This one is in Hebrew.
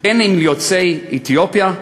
אם כלפי יוצאי אתיופיה,